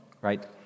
right